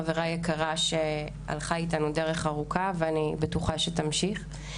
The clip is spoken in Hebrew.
חברה יקרה שהלכה איתנו דרך ארוכה ואני בטוחה שתמשיך.